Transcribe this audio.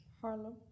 Harlem